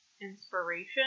inspiration